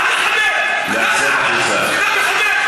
המשטרה, לצאת החוצה.